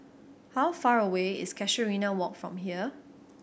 how far away is Casuarina Walk from here